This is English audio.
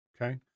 Okay